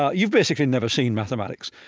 ah you've basically never seen mathematics.